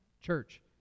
church